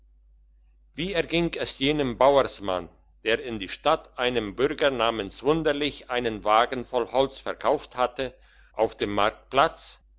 wie erging es jenem bauersmann der in der stadt einem bürger namens wunderlich einen wagen voll holz verkauft hatte auf dem marktplatz